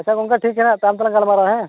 ᱟᱪᱪᱷᱟ ᱜᱚᱢᱠᱮ ᱴᱷᱤᱠᱟ ᱱᱟᱦᱟᱜ ᱛᱟᱭᱚᱢ ᱛᱮᱞᱟᱝ ᱜᱟᱞᱢᱟᱨᱟᱣᱟ ᱦᱮᱸ